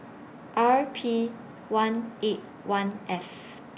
R P one eight one F